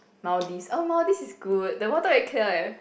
Maldives oh Maldives is good the water very clear eh